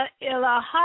ilaha